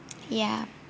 ya